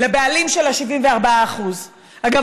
לבעלים של ה-74% אגב,